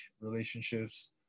relationships